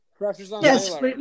Yes